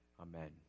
Amen